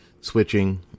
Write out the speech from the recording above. switching